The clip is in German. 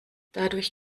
dadurch